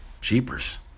Jeepers